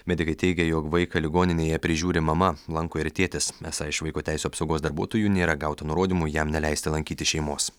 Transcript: medikai teigė jog vaiką ligoninėje prižiūri mama lanko ir tėtis esą iš vaiko teisių apsaugos darbuotojų nėra gauta nurodymų jam neleisti lankyti šeimos